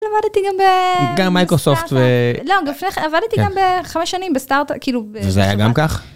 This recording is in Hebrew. עבדתי גם ב... גם מייקרוסופט ו... לא, עבדתי גם בחמש שנים בסטארט אפ, כאילו... וזה היה גם כך?